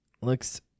looks